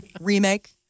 Remake